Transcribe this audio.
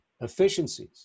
efficiencies